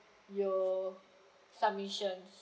your submissions